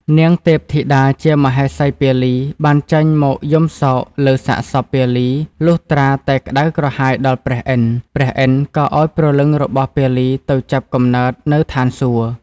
នាងទេធីតាជាមហេសីពាលី បានចេញមកយំសោកលើសាកសព ពាលី លុះត្រាតែក្តៅក្រហាយដល់ព្រះឥន្ទៗ ក៏ឱ្យព្រលឹងរបស់ពាលីទៅចាប់កំណើត នៅឋានសួគ៌។